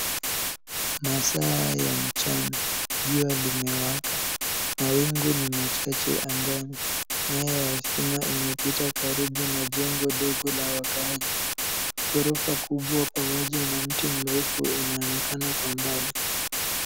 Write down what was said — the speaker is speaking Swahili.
Masaa ya mchana. Jua limewaka. Mawingu ni machache angani. Nyaya ya stima imepita karibu na jengo dogo la wakaaji. Ghorofa kubwa pamoja na mti mrefu unaonekana kwa mbali.